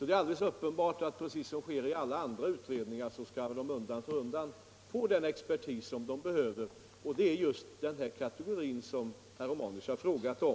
Det är alldeles uppenbart att precis som alla andra utredningar skall denna utredning undan för undan få den expertis som den behöver, och det är just de kategorier som herr Romanus har frågat om.